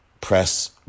press